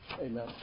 Amen